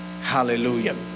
hallelujah